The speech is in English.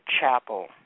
Chapel